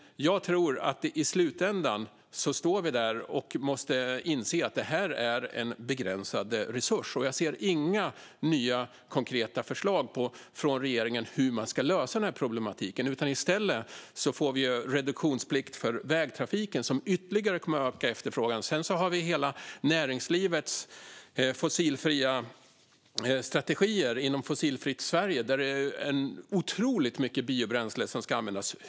Jag tror dock att vi i slutändan står där och måste inse att detta är en begränsad resurs. Jag ser inga nya konkreta förslag från regeringen på hur man ska lösa denna problematik. I stället får vi reduktionsplikt för vägtrafiken, vilket ytterligare kommer att öka efterfrågan. Sedan har vi hela näringslivets fossilfria strategier inom Fossilfritt Sverige, där det är otroligt mycket biobränsle som ska användas.